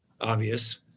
obvious